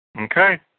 Okay